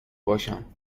باشم